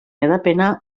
hedapena